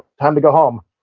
time to go home.